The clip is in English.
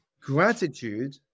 gratitude